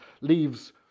leaves